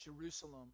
Jerusalem